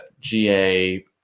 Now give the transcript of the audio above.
GA